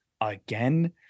again